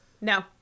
No